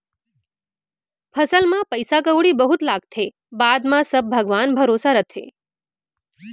फसल म पइसा कउड़ी बहुत लागथे, बाद म सब भगवान भरोसा रथे